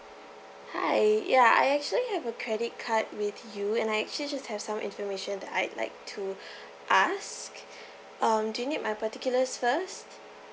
hi ya I actually have a credit card with you and I actually just have some information that I'd like to ask um do you need my particulars first